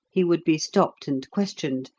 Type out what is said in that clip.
he would be stopped and questioned,